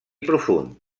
profund